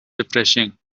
refreshing